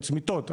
הן צמיתות,